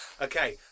Okay